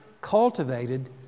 cultivated